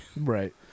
Right